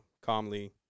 calmly